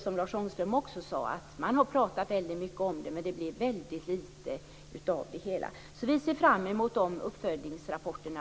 Som Lars Ångström sade har man talat väldigt mycket om det, men det blir väldigt lite av det hela. Vi ser fram emot de uppföljningsrapporterna.